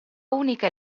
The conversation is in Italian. unica